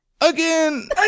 again